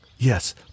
Yes